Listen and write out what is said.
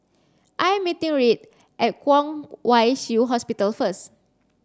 I am meeting Reid at Kwong Wai Shiu Hospital first